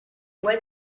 what